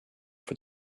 for